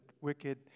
wicked